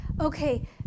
Okay